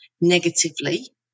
negatively